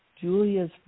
Julia's